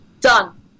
done